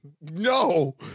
No